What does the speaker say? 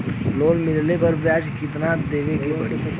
Loan मिलले पर ब्याज कितनादेवे के पड़ी?